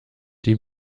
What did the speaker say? die